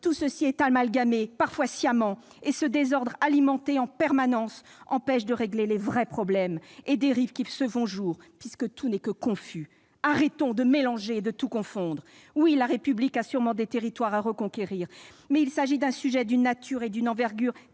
tout est amalgamé, parfois sciemment. Et ce désordre alimenté en permanence empêche de régler les vrais problèmes et dérives qui se font jour, puisque tout n'est que confusion. Arrêtons de tout mélanger et de tout confondre ! Oui, la République a sûrement des territoires à reconquérir, mais il s'agit d'un sujet d'une nature et d'une ampleur